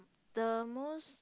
the most